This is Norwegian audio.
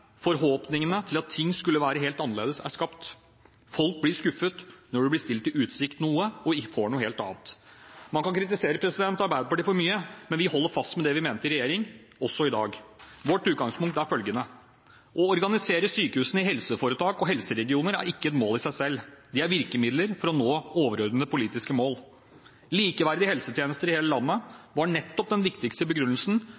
forhåpningene til at ting skulle være helt annerledes, er skapt. Folk blir skuffet når man blir stilt noe i utsikt, og så får man noe helt annet. Man kan kritisere Arbeiderpartiet for mye, men vi holder fast ved det vi mente i regjering, også i dag. Vårt utgangspunkt er følgende: Å organisere sykehusene i helseforetak og helseregioner er ikke et mål i seg selv. Det er virkemidler for å nå overordnede politiske mål. Likeverdige helsetjenester i hele